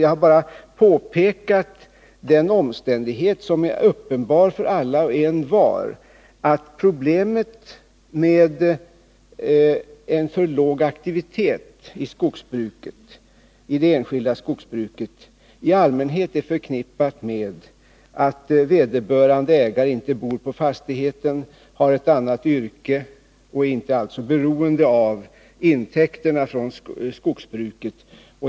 Jag har bara pekat på den omständighet som är uppenbar för alla och envar, att problemet med för låg aktivitet i det enskilda skogsbruket i allmänhet är förknippat med att vederbörande ägare inte bor på fastigheten, har ett yrke med annan anknytning och alltså inte är beroende av intäkterna från skogsbruket.